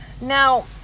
Now